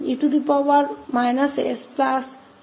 यहाँ हमें प्राप्त होगा 1s24